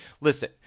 Listen